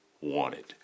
wanted